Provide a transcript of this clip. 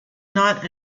not